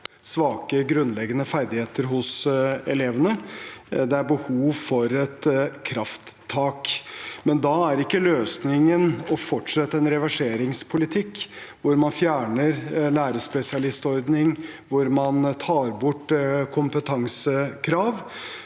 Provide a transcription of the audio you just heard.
svake grunnleggende ferdigheter hos elevene. Det er behov for et krafttak. Men da er ikke løsningen å fortsette en reverseringspolitikk, hvor man fjerner lærerspesialistordningen og tar bort kompetansekrav.